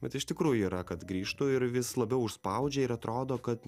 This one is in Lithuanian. bet iš tikrųjų yra kad grįžtu ir vis labiau užspaudžia ir atrodo kad